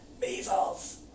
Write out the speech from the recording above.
measles